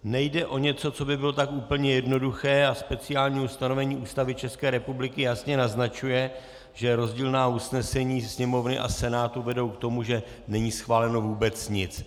Nejde o něco, co by bylo tak úplně jednoduché, a speciální ustanovení Ústavy České republiky jasně naznačuje, že rozdílná usnesení Sněmovny a Senátu vedou k tomu, že není schváleno vůbec nic.